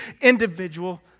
individual